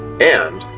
and,